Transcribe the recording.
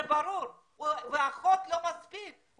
זה ברור ואחות לא מספיקה לזה.